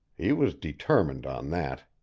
he was determined on that.